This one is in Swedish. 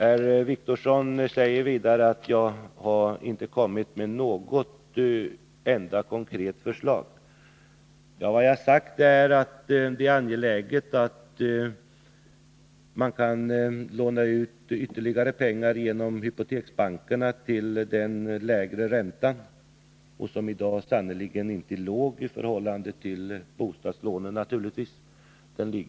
Herr Wictorsson säger vidare att jag inte har kommit med något enda konkret förslag. Men jag har sagt att det är angeläget att hypoteksinstituten kan låna ut ytterligare pengar till den lägre räntan — en ränta som i dag sannerligen inte är låg i förhållande till exempelvis bostadslånens.